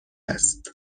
است